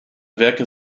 werke